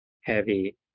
heavy